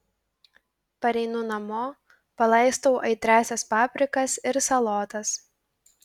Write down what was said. pareinu namo palaistau aitriąsias paprikas ir salotas